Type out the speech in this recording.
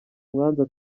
mwanza